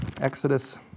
Exodus